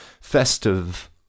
festive